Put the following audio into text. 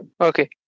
okay